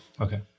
Okay